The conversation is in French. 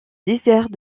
désert